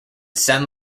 san